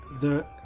the-